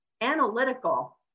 analytical